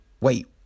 Wait